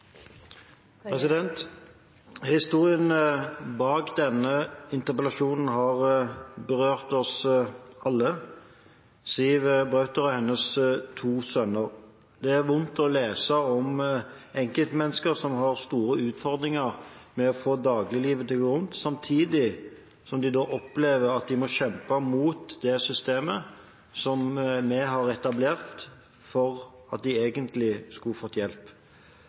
Historien bak denne interpellasjonen har berørt oss alle, historien om Siw Brauter og hennes to sønner. Det er vondt å lese om enkeltmennesker som har store utfordringer med å få dagliglivet til å gå rundt samtidig som de opplever at de må kjempe mot det systemet som vi har etablert, for at de egentlig skulle fått hjelp.